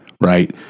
right